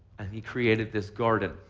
and he created this garden,